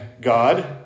God